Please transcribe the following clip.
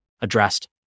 addressed